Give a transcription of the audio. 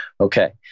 Okay